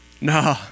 no